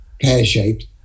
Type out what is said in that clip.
pear-shaped